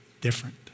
different